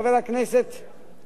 כשאתה עולה,